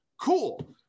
Cool